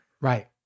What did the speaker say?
Right